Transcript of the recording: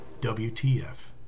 WTF